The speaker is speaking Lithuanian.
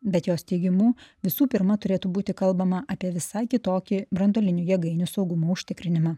bet jos teigimu visų pirma turėtų būti kalbama apie visai kitokį branduolinių jėgainių saugumo užtikrinimą